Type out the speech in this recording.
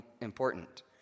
important